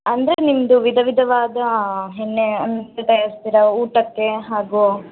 ಅಂದರೆ ನಿಮ್ಮದು ವಿಧ ವಿಧವಾದ ಎಣ್ಣೆಯನ್ನು ತಯಾರಿಸ್ತೀರಾ ಊಟಕ್ಕೆ ಹಾಗೂ